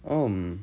um